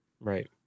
Right